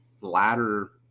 latter